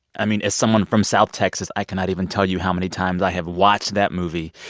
i mean, as someone from south texas, i cannot even tell you how many times i have watched that movie.